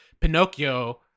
Pinocchio